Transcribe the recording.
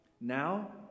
Now